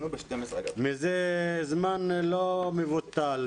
זה זמן לא מבוטל,